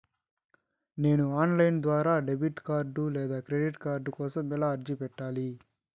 నేను online ద్వారా debit card లేదా క్రెడిట్ కార్డు కోసం ఎలా అర్జీ పెట్టాలి?